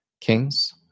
kings